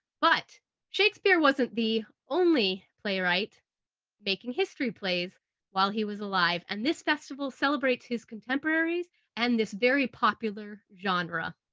but shakespeare wasn't the only playwright making history plays while he was alive and this festival celebrates his contemporaries and this very popular genre.